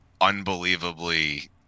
unbelievably